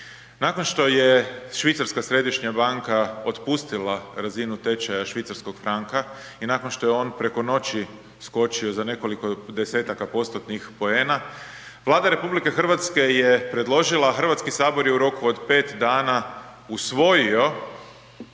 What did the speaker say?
Nakon što je Švicarska središnja banka otpustila razinu tečaja švicarskog franka i nakon što je on preko noći skočio za nekoliko desetaka postotnih poena, Vlada RH je predložila, a Hrvatski sabor je u roku od 5 dana usvojio